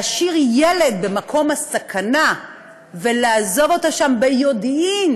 להשאיר ילד במקום הסכנה ולעזוב אותו שם ביודעין,